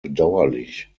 bedauerlich